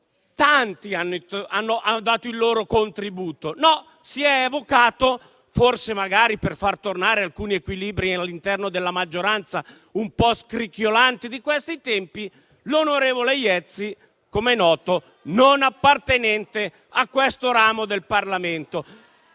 tanti hanno dato il proprio contributo; si è, invece, evocato (magari per far tornare alcuni equilibri all'interno della maggioranza, un po' scricchiolanti di questi tempi) l'onorevole Iezzi, come è noto non appartenente a questo ramo del Parlamento.